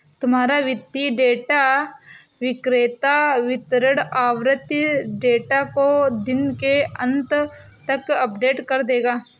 तुम्हारा वित्तीय डेटा विक्रेता वितरण आवृति डेटा को दिन के अंत तक अपडेट कर देगा